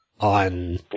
on